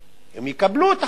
הם יקבלו את חלקם,